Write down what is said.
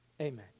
Amen